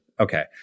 Okay